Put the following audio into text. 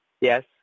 yes